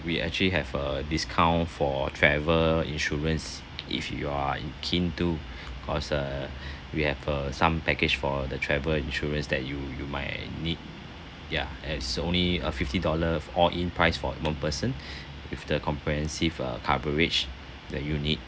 we actually have a discount for travel insurance if you are keen to cause uh we have uh some package for the travel insurance that you you might need ya and it's only a fifty dollar all in price for one person with the comprehensive uh coverage that you'll need